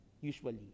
Usually